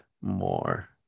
more